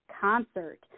concert